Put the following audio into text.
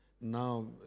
now